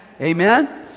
Amen